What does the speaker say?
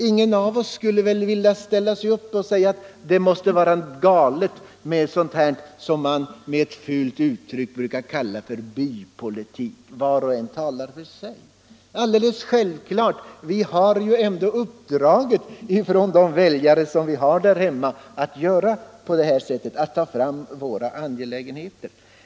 Ingen av oss skulle väl vilja ställa sig upp och säga att det måste vara galet med sådant som med ett fult uttryck brukar kallas för bypolitik. Var och en får självfallet tala för sig själv — vi har ändå fått uppdraget från de väljare som vi har där hemma att ta fram våra angelägenheter och söka tillvarata våra intressen.